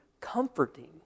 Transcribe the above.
comforting